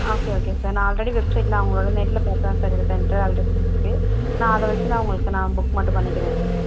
okay okay sir நான் already வெப்சைடில் நான் உங்களோட நெடில் பார்த்து தான் சார் எடுத்தேன்ட்டு ஆல்ரெடி இருக்கு நான் அதை வச்சு உங்களுக்கு நான் புக் மட்டும் பண்ணிக்குறேன் சார்